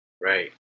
Right